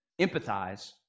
empathize